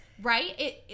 right